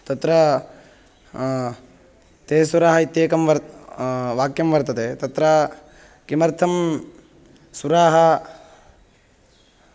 तत्र ते सुराः इत्येकं वर् वाक्यं वर्तते तत्र किमर्थं सुराः